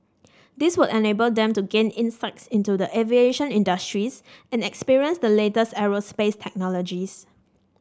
this would enable them to gain insights into the aviation industries and experience the latest aerospace technologies